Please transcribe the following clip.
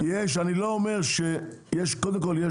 קודם כול,